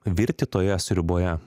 virti toje sriuboje